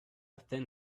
thin